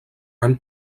han